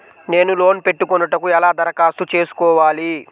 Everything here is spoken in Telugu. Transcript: నేను లోన్ పెట్టుకొనుటకు ఎలా దరఖాస్తు చేసుకోవాలి?